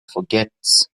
forgets